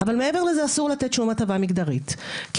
אבל מעבר לזה אסור לתת שום הטבה מגדרית כי